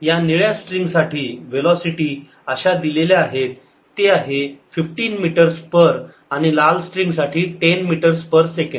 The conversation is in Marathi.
या निळ्या स्ट्रिंग साठी वेलोसिटी अशा दिलेल्या आहेत ते आहे 15 मीटर्स पर आणि लाल स्ट्रिंग साठी 10 मीटर्स पर सेकंद